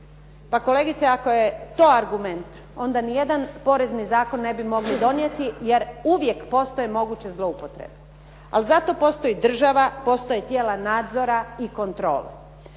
Pa kolegice, ako je to argument onda nijedan porezni zakon ne bi mogli donijeti jer uvijek postoje moguće zloupotrebe. Al zato postoji država, postoje tijela nadzora i kontrole.